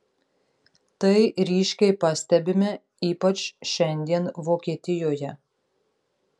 tai ryškiai pastebime ypač šiandien vokietijoje